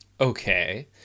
Okay